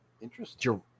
Interesting